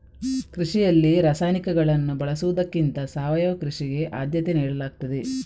ಕೃಷಿಯಲ್ಲಿ ರಾಸಾಯನಿಕಗಳನ್ನು ಬಳಸುವುದಕ್ಕಿಂತ ಸಾವಯವ ಕೃಷಿಗೆ ಆದ್ಯತೆ ನೀಡಲಾಗ್ತದೆ